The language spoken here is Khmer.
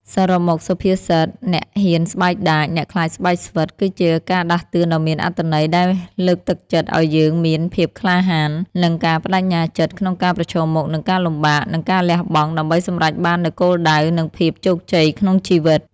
សរុបមក សុភាសិត អ្នកហ៊ានស្បែកដាច អ្នកខ្លាចស្បែកស្វិត គឺជាការដាស់តឿនដ៏មានអត្ថន័យដែលលើកទឹកចិត្តឲ្យយើងមាន ភាពក្លាហាន និងការប្តេជ្ញាចិត្ត ក្នុងការប្រឈមមុខនឹងការលំបាក និងការលះបង់ ដើម្បីសម្រេចបាននូវគោលដៅ និងភាពជោគជ័យក្នុងជីវិត។